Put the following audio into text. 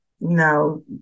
no